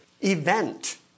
event